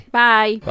bye